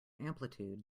amplitude